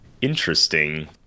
Interesting